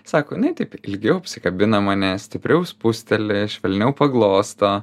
sako jinai taip ilgiau apsikabina mane stipriau spusteli švelniau paglosto